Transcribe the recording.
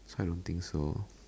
I don't think so